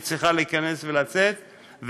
היא צריכה להיכנס ולצאת,